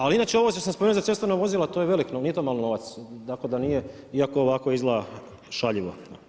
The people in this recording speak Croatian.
Ali, inače ovo što sam spomenuo za cestovno vozilo, to je velio, nije to mali novac, tako da nije iako ovako izgleda šaljivo.